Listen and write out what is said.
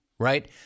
Right